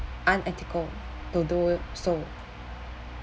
unethical to do so